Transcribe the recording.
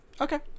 Okay